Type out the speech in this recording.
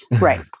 right